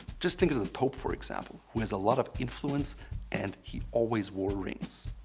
just think of the pope, for example, who has a lot of influence and he always wore rings.